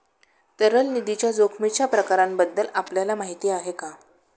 तरल निधीच्या जोखमीच्या प्रकारांबद्दल आपल्याला माहिती आहे का?